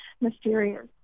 mysterious